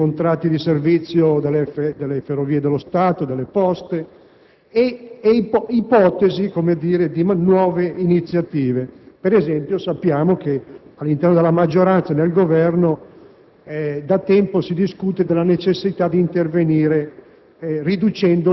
vi sono spese derivanti dalle prassi consolidate (per esempio i contratti di servizio delle Ferrovie dello Stato, delle Poste) ed ipotesi, per così dire, relative a nuove iniziative. Per esempio, sappiamo che all'interno della maggioranza e del Governo